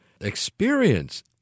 experience